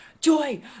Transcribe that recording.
Joy